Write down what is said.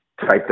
typed